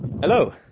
Hello